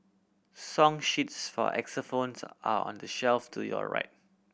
song sheets for xylophones are are on the shelf to your right